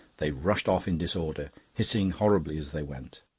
they rushed off in disorder, hissing horribly as they went.